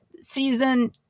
season